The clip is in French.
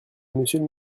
monsieur